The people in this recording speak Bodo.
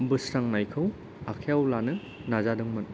बोस्रांनायखौ आखायाव लानो नाजादोंमोन